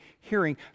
hearing